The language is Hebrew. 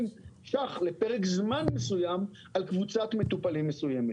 שקלים לפרק זמן מסוים על קבוצת מטופלים מסוימת.